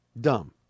dumb